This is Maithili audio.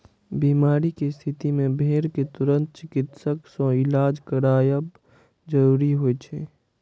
बीमारी के स्थिति मे भेड़ कें तुरंत चिकित्सक सं इलाज करायब जरूरी होइ छै